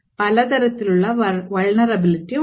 പല തരത്തിലുള്ള vulnerability ഉണ്ട്